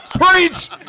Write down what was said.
Preach